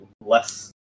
less